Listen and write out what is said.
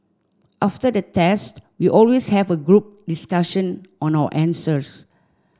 after the test we always have a group discussion on our answers